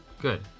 Good